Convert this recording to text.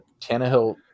Tannehill